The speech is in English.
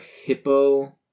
hippo